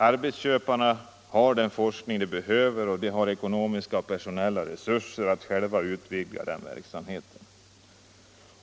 Arbetsköparna har den forskning de behöver och de har ekonomiska och personella resurser att själva utvidga den verksamheten.